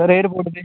sir airport 'ਤੇ